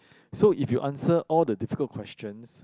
so if you answer all the difficult questions